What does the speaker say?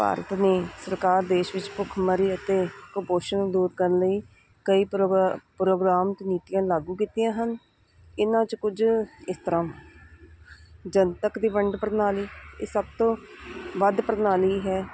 ਭਾਰਤ ਨੇ ਸਰਕਾਰ ਦੇਸ਼ ਵਿੱਚ ਭੁੱਖਮਰੀ ਅਤੇ ਕੁਪੋਸ਼ਨ ਨੂੰ ਦੂਰ ਕਰਨ ਲਈ ਕਈ ਪ੍ਰੋਗ ਪ੍ਰੋਗਰਾਮ ਨੀਤੀਆਂ ਲਾਗੂ ਕੀਤੀਆਂ ਹਨ ਇਹਨਾਂ 'ਚ ਕੁਝ ਇਸ ਤਰ੍ਹਾਂ ਜਨਤਕ ਦੀ ਵੰਡ ਪ੍ਰਣਾਲੀ ਇਹ ਸਭ ਤੋਂ ਵੱਧ ਪ੍ਰਣਾਲੀ ਹੈ